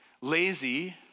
lazy